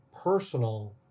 personal